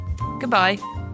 Goodbye